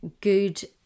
good